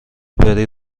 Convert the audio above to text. بری